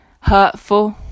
hurtful